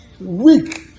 weak